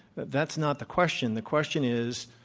but that's not the question. the question is,